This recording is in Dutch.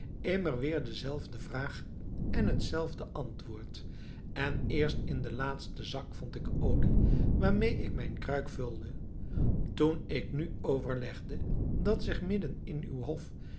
immer weer dezelfde vraag en hetzelfde antwoord en eerst in den laatsten zak vond ik olie waarmee ik mijn kruik vulde toen ik nu overlegde dat zich midden in uw hof